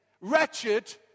wretched